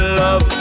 love